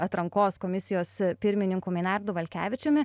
atrankos komisijos pirmininku meinardu valkevičiumi